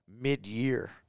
mid-year